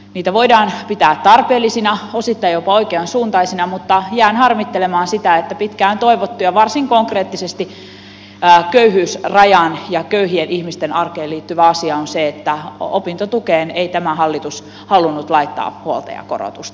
niitä voidaan pitää tarpeellisina osittain jopa oikeansuuntaisina mutta jään harmittelemaan sitä että pitkään toivottu ja varsin konkreettisesti köyhyysrajaan ja köyhien ihmisten arkeen liittyvä asia on se että opintotukeen ei tämä hallitus halunnut laittaa huoltajakorotusta